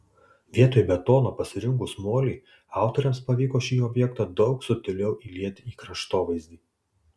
vietoj betono pasirinkus molį autoriams pavyko šį objektą daug subtiliau įlieti į kraštovaizdį